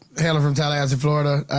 hailing from tallahassee, florida.